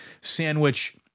sandwich